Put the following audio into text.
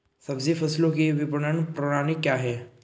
सब्जी फसलों की विपणन प्रणाली क्या है?